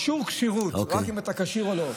אישור כשירות, רק אם אתה כשיר או לא.